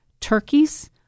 turkeys